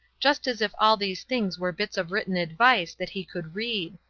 just as if all these things were bits of written advice that he could read.